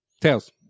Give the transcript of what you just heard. tails